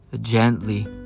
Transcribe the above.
gently